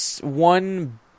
one